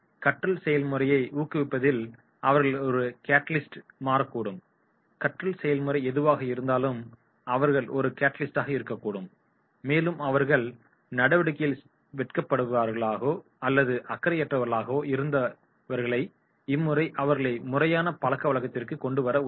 கற்றல் செயல்முறையை ஊக்குவிப்பதில் அவர்கள் ஒரு கேட்டலிஸ்டாக மாறக்கூடும் கற்றல் செயல்முறை எதுவாக இருந்தாலும் அவர்கள் ஒரு கேட்டலிஸ்டாக இருக்கக்கூடும் மேலும் அவர்கள் நடவடிக்கைகளில் வெட்கப்படுபவர்களாகவோ அல்லது அக்கறையற்றவர்களாகவோ இருந்தவர்களை இம்முறை அவர்களை முறையான பழக்க வழக்கத்திற்குள் கொண்டு வர உதுவுவார்கள்